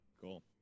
Cool